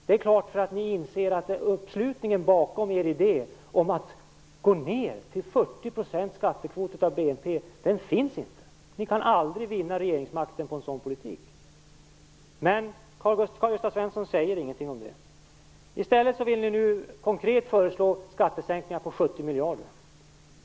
Det är klart att ni inser att uppslutningen bakom er idé att gå ned till 40 % skattekvot av BNP finns inte. Ni kan aldrig vinna regeringsmakten på en sådan politik. Men Karl Gösta Svenson säger ingenting om det. I stället vill ni nu konkret föreslå skattesänkningar på 70 miljarder.